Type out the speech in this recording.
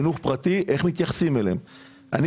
כשאני